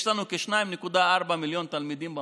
יש לנו כ-2.4 מיליון תלמידים במערכת.